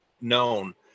known